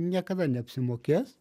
niekada neapsimokės